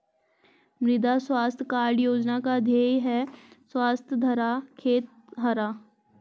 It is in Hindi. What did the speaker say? मृदा स्वास्थ्य कार्ड योजना का ध्येय है स्वस्थ धरा, खेत हरा